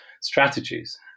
strategies